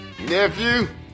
Nephew